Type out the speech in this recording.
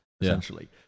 essentially